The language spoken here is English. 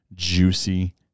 Juicy